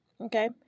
Okay